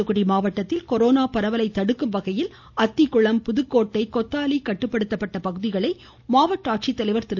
தூத்துகுடி துாத்துகுடி மாவட்டத்தில் கொரோனா பரவலை தடுக்கும் வகையில் அத்திக்குளம் புதுக்கோட்டை கொத்தாலி கட்டுப்படுத்தப்பட்ட பகுதிகளை மாவட்ட ஆட்சித்தலைவர் திரு